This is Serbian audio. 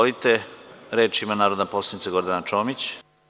Reč ima narodna poslanica Gordana Čomić.